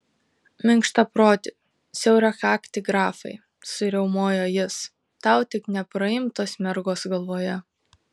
minkštaproti siaurakakti grafai suriaumojo jis tau tik nepraimtos mergos galvoje